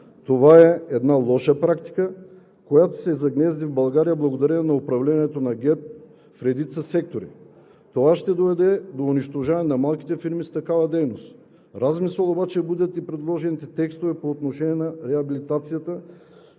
Това е една лоша практика, която се загнезди в България благодарение на управлението на ГЕРБ в редица сектори, и ще доведе до унищожаване на малките фирми с такава дейност. Размисъл обаче будят и предложените текстове по отношение на реабилитацията,